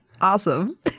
Awesome